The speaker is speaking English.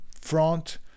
front